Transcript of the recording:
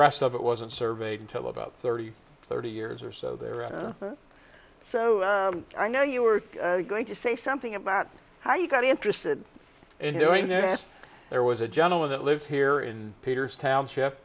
rest of it wasn't surveyed until about thirty thirty years or so there are so i know you were going to say something about how you got interested in hearing that there was a gentleman that lives here in peter's township